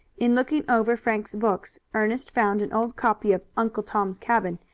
in looking over frank's books ernest found an old copy of uncle tom's cabin,